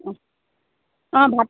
অ' ভাত